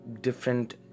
different